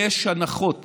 יש הנחות